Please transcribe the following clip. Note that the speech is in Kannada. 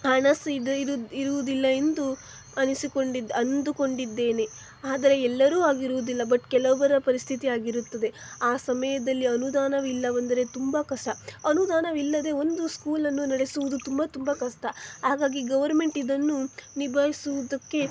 ಹಣ ಸಹ ಇದುದ್ ಇರುವುದಿಲ್ಲ ಎಂದು ಅನಿಸಿಕೊಂಡಿದ್ ಅಂದುಕೊಂಡಿದ್ದೇನೆ ಆದರೆ ಎಲ್ಲರೂ ಹಾಗಿರುವುದಿಲ್ಲ ಬಟ್ ಕೆಲವರ ಪರಿಸ್ಥಿತಿ ಹಾಗಿರುತ್ತದೆ ಆ ಸಮಯದಲ್ಲಿ ಅನುದಾನವಿಲ್ಲವೆಂದರೆ ತುಂಬ ಕಷ್ಟ ಅನುದಾನವಿಲ್ಲದೆ ಒಂದು ಸ್ಕೂಲನ್ನು ನಡೆಸುವುದು ತುಂಬ ತುಂಬ ಕಷ್ಟ ಹಾಗಾಗಿ ಗವರ್ಮೆಂಟ್ ಇದನ್ನು ನಿಭಾಯಿಸುವುದಕ್ಕೆ